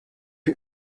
you